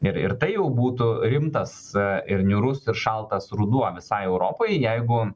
ir ir tai jau būtų rimtas ir niūrus ir šaltas ruduo visai europai jeigu